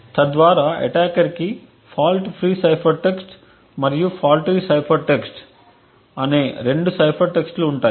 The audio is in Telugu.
తద్వారా అటాకర్కి ఫాల్ట్ ఫ్రీ సైఫర్ టెక్స్ట్ మరియు ఫాల్టీ సైఫర్ టెక్స్ట్ అనే 2 సైఫర్ టెక్స్ట్లు ఉంటాయి